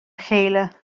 chéile